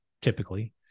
typically